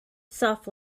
soft